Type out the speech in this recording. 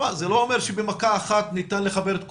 זה לא אומר שבמכה אחת ניתן לחבר את כולם,